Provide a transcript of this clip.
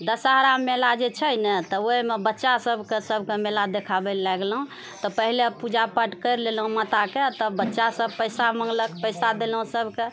दशहरा मेला जे छै ने तऽ ओहिमे बच्चा सभकेँ सभकेँ मेला दखाबए लऽ लए गेलहुँ तऽ पहिले पूजा पाठ करि लेलहुँ माताके तब बच्चा सभ पैसा मङ्गलक पैसा देलहुँ सभकेँ